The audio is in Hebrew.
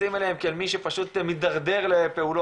מתייחסים אליהם כאל מי שפשוט מתדרדר לפעולות.